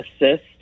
assist